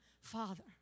father